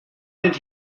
did